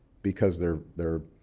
because they're they're